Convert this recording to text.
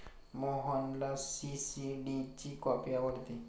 मोहनला सी.सी.डी ची कॉफी आवडते